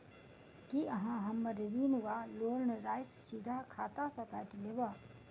की अहाँ हम्मर ऋण वा लोन राशि सीधा खाता सँ काटि लेबऽ?